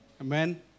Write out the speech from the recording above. Amen